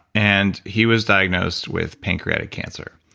and he was diagnosed with pancreatic cancer,